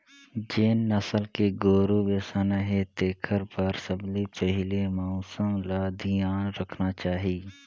जेन नसल के गोरु बेसाना हे तेखर बर सबले पहिले मउसम ल धियान रखना चाही